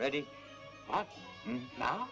ready now